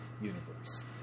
universe